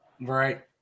Right